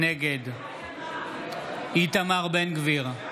נגד איתמר בן גביר,